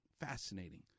Fascinating